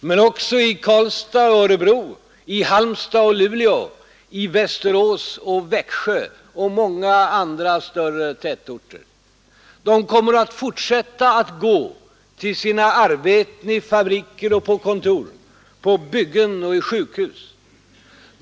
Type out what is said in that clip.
Men också i Karlstad och Örebro, i Halmstad och Luleå, i Västerås och Växjö och många andra större tätorter. De kommer att fortsätta att gå till sina arbeten i fabriker och på 41 kontor, på byggen och i sjukhus.